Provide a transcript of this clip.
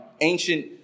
ancient